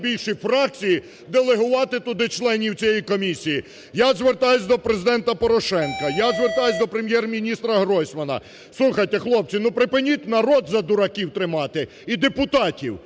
Я звертаюсь до Президента Порошенка, я звертаюсь до Прем'єр-міністра Гройсмана: слухайте, хлопці, ну припиніть народ за дураків тримати і депутатів,